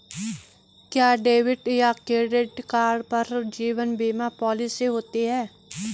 क्या डेबिट या credit card पर जीवन बीमा पॉलिसी होती है?